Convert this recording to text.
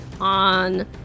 on